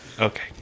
Okay